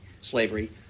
slavery